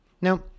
Now